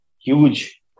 huge